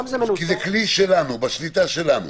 זה כלי שלנו, בשליטה שלנו.